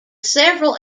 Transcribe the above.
several